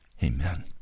Amen